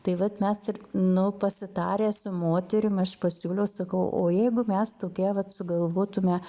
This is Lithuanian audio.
tai vat mes ir nu pasitarę su moterim aš pasiūliau sakau o jeigu mes tokie vat sugalvotume